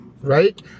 Right